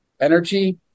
energy